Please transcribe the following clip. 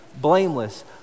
blameless